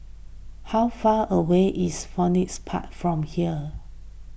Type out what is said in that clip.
how far away is Phoenix Park from here